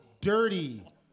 dirty